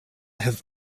have